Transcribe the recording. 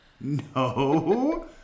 No